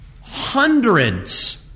hundreds